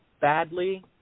badly